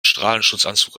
strahlenschutzanzug